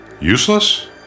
Useless